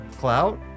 clout